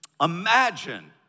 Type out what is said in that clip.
imagine